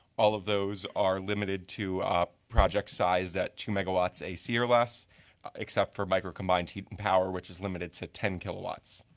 all of those are limited to project size that two megawatts ac or less except for micro combined heat and power which is limited to ten kill